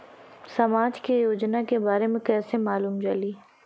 समाज के योजना के बारे में कैसे मालूम चली?